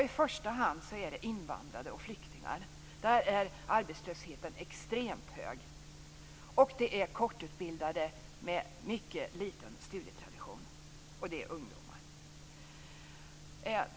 I första hand är det invandrare och flyktingar. Där är arbetslösheten extremt hög. Det är också kortutbildade med mycket liten studietradition och det är ungdomar.